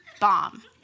bomb